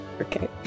Okay